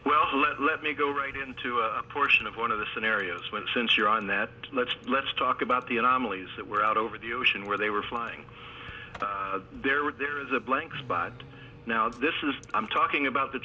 well let me go right into a portion of one of the scenarios when since you're on that let's talk about the anomalies that were out over the ocean where they were flying there were there is a blank spot now this is i'm talking about the